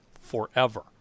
forever